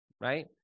Right